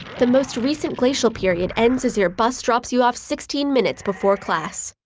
the most recent glacial period ends as your bus drops you off sixteen minutes before class.